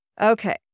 Okay